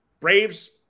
Braves